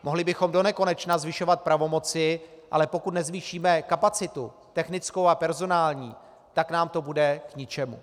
Mohli bychom donekonečna zvyšovat pravomoci, ale pokud nezvýšíme kapacitu technickou a personální, tak nám to bude k ničemu.